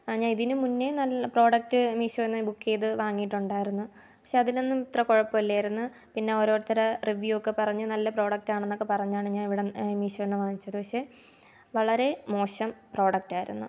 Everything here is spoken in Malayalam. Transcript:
ആ ഞാൻ ഇതിനു മുന്നേ നല്ല പ്രോഡക്റ്റ് മീഷോന്ന് ബുക്ക് ചെയ്ത് വാങ്ങീട്ടുണ്ടായിരുന്നു പക്ഷേ അതിനൊന്നും ഇത്ര കുഴപ്പമില്ലായിരുന്നു പിന്നെ ഓരോരുത്തരുടെ റിവ്യൂ ഒക്കെ പറഞ്ഞ് നല്ല പ്രോഡക്റ്റാണന്നൊക്കെ പറഞ്ഞാണ് ഞാൻ ഇവിടം മീഷോന്ന് വാങ്ങിച്ചത് പക്ഷേ വളരെ മോശം പ്രോഡക്റ്റായിരുന്നു